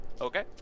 Okay